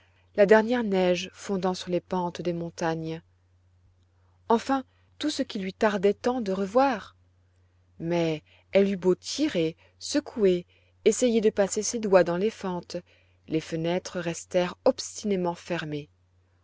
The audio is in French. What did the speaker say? la dernière neige fondant sur les pentes des montagnes enfin tout ce qu'il lui tardait tant de revoir mais elle eut beau tirer secouer essayer de passer ses doigts dans les fentes les fenêtres restèrent obstinément fermées